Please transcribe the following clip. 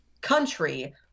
country